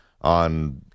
on